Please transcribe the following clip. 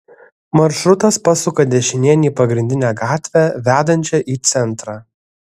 maršrutas pasuka dešinėn į pagrindinę gatvę vedančią į centrą